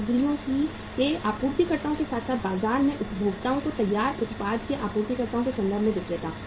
सामग्रियों के आपूर्तिकर्ताओं के साथ साथ बाजार से उपभोक्ताओं को तैयार उत्पाद के आपूर्तिकर्ताओं के संदर्भ में विक्रेता